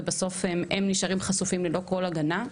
ובסוף הם נשארים חשופים ללא כל הגנה.